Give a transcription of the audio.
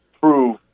prove